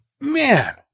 man